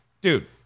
dude